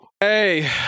hey